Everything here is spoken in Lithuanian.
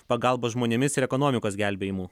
pagalba žmonėmis ir ekonomikos gelbėjimu